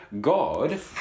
God